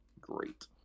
great